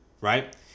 right